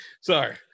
Sorry